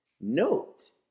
note